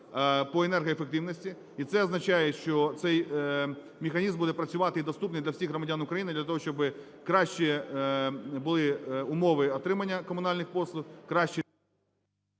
по енергоефективності, і це означає, що цей механізм буде працювати і доступний для всіх громадян України для того, щоби кращі були умови отримання комунальних послуг, краще